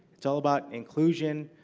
it's all about inclusion.